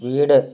വീട്